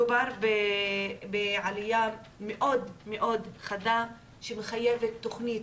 מדובר בעלייה מאוד מאוד חדה שמחייבת תכנית,